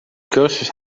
cursus